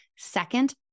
Second